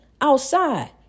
outside